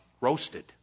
roasted